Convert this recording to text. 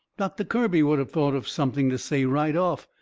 doctor kirby would of thought of something to say right off.